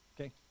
Okay